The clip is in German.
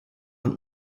und